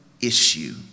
issue